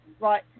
right